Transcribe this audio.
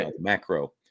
macro